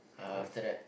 after that